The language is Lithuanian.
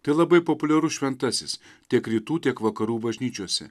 tai labai populiarus šventasis tiek rytų tiek vakarų bažnyčiose